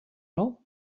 all